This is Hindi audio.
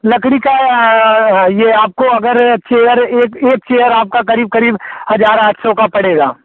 लकड़ी का ये आपको अगर चेयर एक एक चेयर आपका क़रीब क़रीब हज़ार आठ सौ का पड़ेगा